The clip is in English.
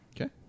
Okay